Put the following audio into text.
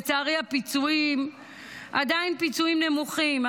לצערי הפיצויים עדיין פיצויים נמוכים.